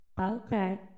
Okay